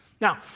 Now